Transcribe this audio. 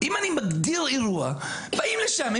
אם אני מגדיר אירוע, באים לשם.